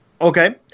Okay